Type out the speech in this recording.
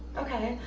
okay.